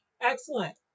Excellent